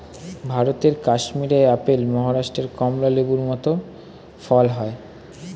ভারতের কাশ্মীরে আপেল, মহারাষ্ট্রে কমলা লেবুর মত ফল হয়